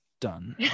done